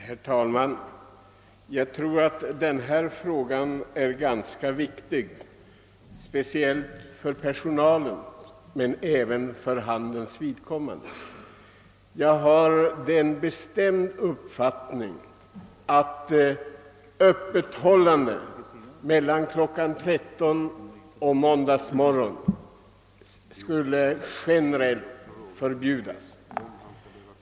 Herr talman! Jag tror att denna fråga är ganska viktig, speciellt för personalen men även för handelns vidkommande. Jag har en bestämd uppfattning att öppethållande mellan lördag kl. 13 och måndags morgon generellt borde förbjudas.